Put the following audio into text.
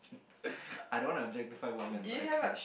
I don't want to objectify women so I can't